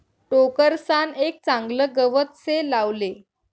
टोकरसान एक चागलं गवत से लावले